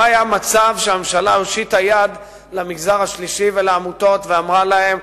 לא היה מצב שהממשלה הושיטה יד למגזר השלישי ולעמותות ואמרה להן: